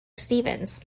stephens